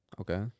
Okay